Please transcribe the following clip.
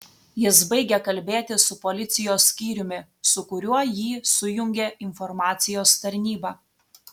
jis baigė kalbėti su policijos skyriumi su kuriuo jį sujungė informacijos tarnyba